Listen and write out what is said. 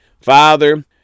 Father